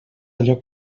allò